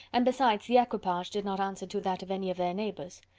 and besides, the equipage did not answer to that of any of their neighbours.